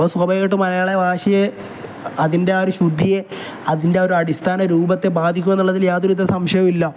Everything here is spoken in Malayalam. അപ്പ സ്വഭയകായിട്ട് മലയാള ഭാഷയെ അതിൻ്റെ ആ ഒരു ശുദ്ധിയെ അതിൻ്റെ ആ ഒരു അടിസ്ഥാന രൂപത്തെ ബാധിക്കുക എന്നുള്ളതിൽ യാതൊരു ഇത് സംശയമില്ല